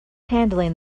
handling